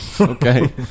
Okay